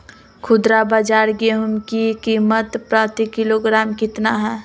खुदरा बाजार गेंहू की कीमत प्रति किलोग्राम कितना है?